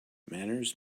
manners